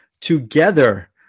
Together